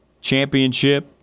Championship